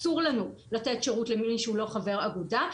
אסור לנו לתת שירות למי שהוא לא חבר אגודה.